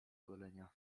golenia